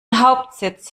hauptsitz